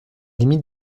limite